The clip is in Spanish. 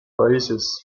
países